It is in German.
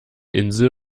insel